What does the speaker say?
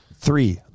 Three